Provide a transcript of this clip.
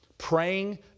Praying